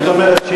זאת אומרת,